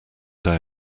day